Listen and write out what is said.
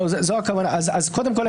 קודם כול,